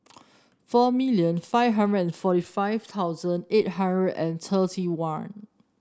four million five hundred and forty five thousand eight hundred and thirty one